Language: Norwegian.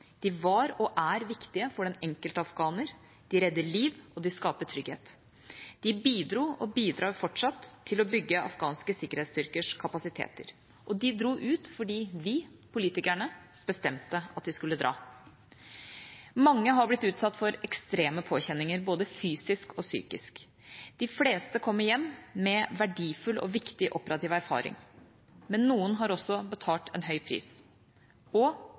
De var og er viktige for den enkelte afghaner, de redder liv, og de skaper trygghet. De bidro og bidrar fortsatt til å bygge afghanske sikkerhetsstyrkers kapasiteter. Og de dro ut fordi vi, politikerne, bestemte at de skulle dra. Mange har blitt utsatt for ekstreme påkjenninger, både fysisk og psykisk. De fleste kommer hjem med verdifull og viktig operativ erfaring. Men noen har også betalt en høy pris.